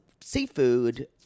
seafood